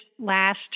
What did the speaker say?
last